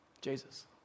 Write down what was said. jesus